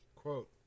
Quote